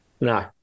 no